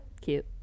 cute